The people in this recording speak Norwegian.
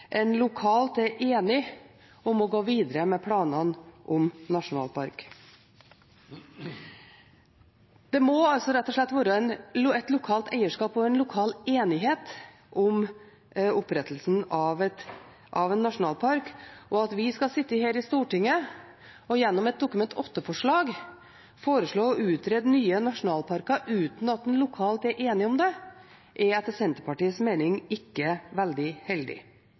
en lokalt er enig om å gå videre med planene om nasjonalpark. Det må altså rett og slett være et lokalt eierskap til og en lokal enighet om opprettelsen av en nasjonalpark. At vi skal sitte her i Stortinget og gjennom et Dokument 8-forslag foreslå å utrede nye nasjonalparker uten at en lokalt er enig om det, er etter Senterpartiets mening ikke veldig heldig.